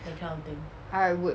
I would